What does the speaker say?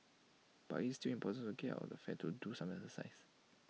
but it's still important to get out of the flat to do some exercise